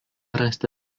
rasti